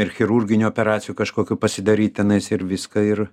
ir chirurginių operacijų kažkokių pasidaryt tenais ir viską ir